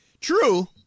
True